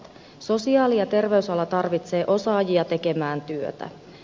sosiaali ja terveysala tarvitsee osaajia tekemään työtä